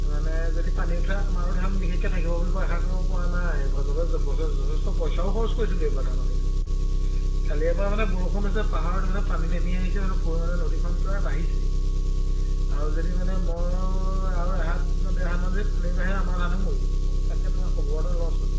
মানে যদি পানী উঠে আমাৰো ধান বিশেষকৈ থাকিব বুলি বৰ আশা কৰিব পৰা নাই যথেষ্ট পইচাও খৰচ কৰিছিলোঁ এইবাৰ ধানৰ খেতিত কালিৰে পৰা মানে বৰষুণ হৈছে পাহাৰত এইপিনে পানী নামি আহিছে মানে পানী নদীখন প্ৰায় বাঢ়িছে আৰু যদি মানে মই আৰু এহাত বা ডেৰ হাতমান যদি পানী বাঢ়ে আমাৰ ধানো মৰিব মই বোলো তাকে তাৰ খবৰ এটা লওঁচোন